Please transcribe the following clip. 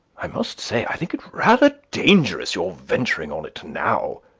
i must say i think it rather dangerous your venturing on it now.